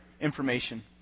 information